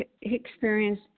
experience